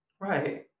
Right